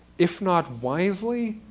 if not wisely,